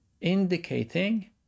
indicating